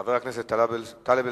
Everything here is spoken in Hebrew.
חבר הכנסת טלב אלסאנע,